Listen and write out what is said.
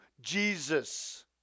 Jesus